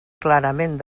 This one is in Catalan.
clarament